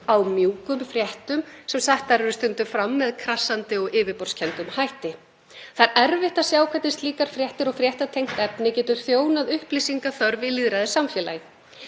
á mjúkum fréttum sem stundum eru settar fram með krassandi og yfirborðskenndum hætti. Það er erfitt að sjá hvernig slíkar fréttir og fréttatengt efni getur þjónað upplýsingaþörf í lýðræðissamfélagi.